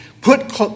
put